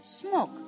smoke